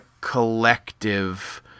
collective